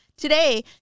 Today